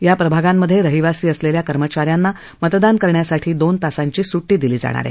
या प्रभागांमधे रहिवासी असलेल्या कर्मचा यांना मतदान करण्यासाठी दोन तासांची सुटटी दिली जाणार आहे